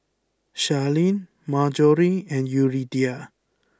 Sharlene Marjorie and Yuridia